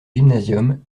gymnasium